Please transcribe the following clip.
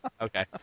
Okay